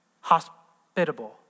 hospitable